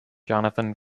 jonathan